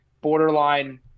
Borderline